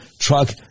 truck